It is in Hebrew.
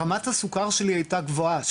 רמת הסוכר שלי הייתה גבוהה,